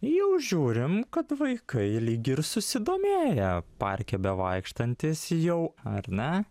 ir jau žiūrim kad vaikai lyg ir susidomėję parke bevaikštantys jau ar ne